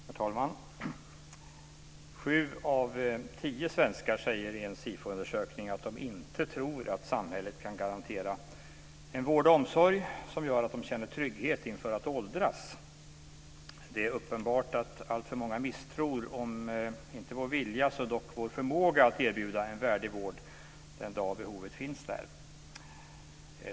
Herr talman! Sju av tio svenskar säger i en Sifoundersökning att de inte tror att samhället kan garantera den vård och omsorg som gör att de känner trygghet inför att åldras. Det är uppenbart att alltför många misstror om inte vår vilja så dock vår förmåga att erbjuda en värdig vård den dag behovet finns där.